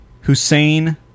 Hussein